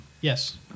Yes